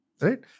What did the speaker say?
Right